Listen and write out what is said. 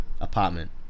apartment